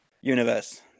universe